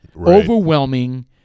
overwhelming